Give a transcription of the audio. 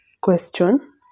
question